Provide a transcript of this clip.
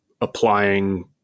applying